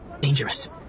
Dangerous